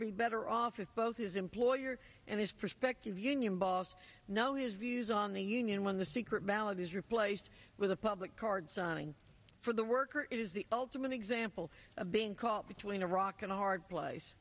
be better off if both his employer and his prospective union boss know his views on the union when the secret ballot is replaced with a public card signing for the worker is the ultimate example of being caught between a rock and a hard place